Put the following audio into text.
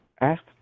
ask